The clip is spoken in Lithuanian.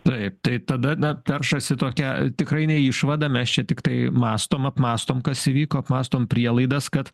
taip tai tada na peršasi tokia tikrai ne išvada mes čia tiktai mąstom apmąstom kas įvyko apmąstom prielaidas kad